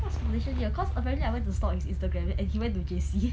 what's foundation year cause apparently I went to stalk his instagram and he went to J_C